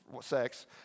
sex